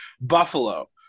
Buffalo